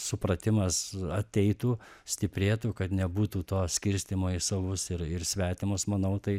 supratimas ateitų stiprėtų kad nebūtų to skirstymo į savus ir ir svetimus manau tai